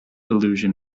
illusion